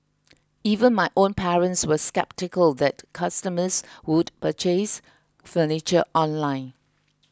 even my own parents were sceptical that customers would purchase furniture online